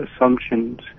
assumptions